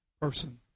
person